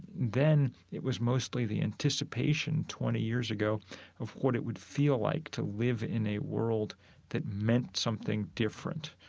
then it was mostly the anticipation twenty years ago of what it would feel like to live in a world that meant something different.